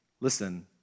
Listen